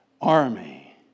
army